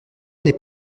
n’est